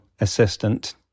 assistant